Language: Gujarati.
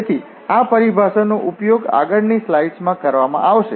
તેથી આ પરિભાષાનો ઉપયોગ આગળની સ્લાઇડ્સમાં કરવામાં આવશે